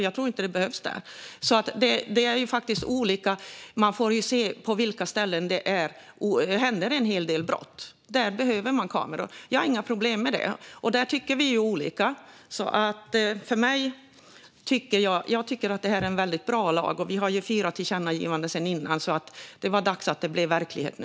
Jag tror inte att det behövs där. Det är olika. Man får se på vilka ställen det sker en hel del brott. Där behövs kameror. Det har jag inga problem med. Vi tycker olika. Jag tycker att det är ett bra lagförslag. Vi har lämnat fyra tillkännagivanden till regeringen sedan tidigare. Det är dags att det blir verklighet nu.